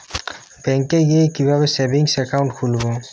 ব্যাঙ্কে গিয়ে কিভাবে সেভিংস একাউন্ট খুলব?